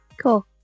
Cool